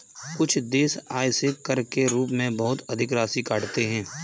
कुछ देश आय से कर के रूप में बहुत अधिक राशि काटते हैं